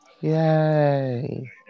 yay